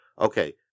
okay